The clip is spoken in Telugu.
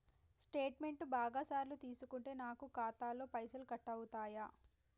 స్టేట్మెంటు బాగా సార్లు తీసుకుంటే నాకు ఖాతాలో పైసలు కట్ అవుతయా?